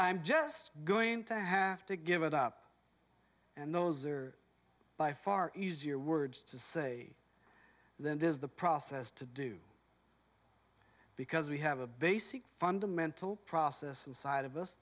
i'm just going to have to give it up and those are by far easier words to say than does the process to do because we have a basic fundamental process inside of us